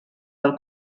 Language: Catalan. del